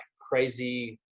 crazy